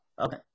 Okay